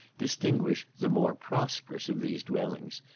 distinguish the more prosperous of these dwellings,